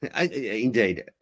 indeed